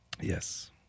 Yes